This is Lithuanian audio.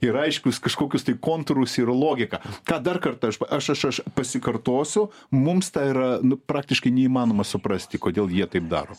ir aiškius kažkokius tai kontūrus ir logiką ką dar kartą aš pa aš aš aš pasikartosiu mums tai yra nu praktiškai neįmanoma suprasti kodėl jie taip daro